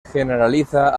generaliza